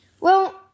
Well